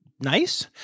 nice